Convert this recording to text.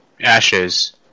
Ashes